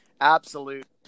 absolute